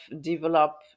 develop